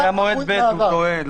זה היה מועד ב', הוא טועה.